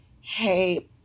hey